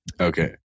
Okay